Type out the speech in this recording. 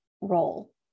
role